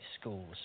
schools